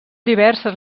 diverses